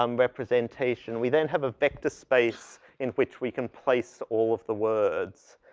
um representation we then have a vector space in which we can place all of the words.